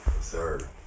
sir